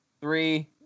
Three